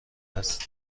است